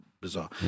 Bizarre